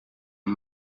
een